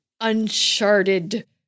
uncharted